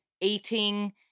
Eating